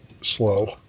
slow